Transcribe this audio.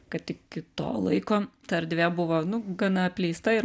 kad iki to laiko ta erdvė buvo gana apleista ir